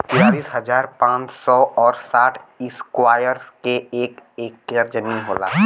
तिरालिस हजार पांच सौ और साठ इस्क्वायर के एक ऐकर जमीन होला